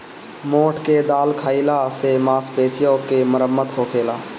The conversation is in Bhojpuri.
मोठ के दाल खाईला से मांसपेशी के मरम्मत होखेला